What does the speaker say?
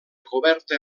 coberta